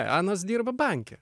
anas dirba banke